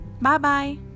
Bye-bye